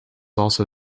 also